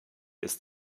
ist